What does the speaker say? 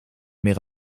meer